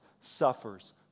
suffers